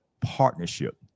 partnership